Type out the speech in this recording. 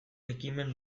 ekimen